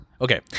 Okay